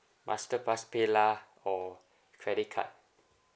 masterpass PayLah or credit card